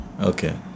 Okay